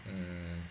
mm